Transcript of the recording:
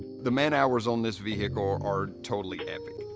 the man-hours on this vehicle are totally epic.